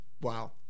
Wow